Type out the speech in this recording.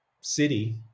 city